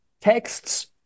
texts